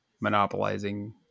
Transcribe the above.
monopolizing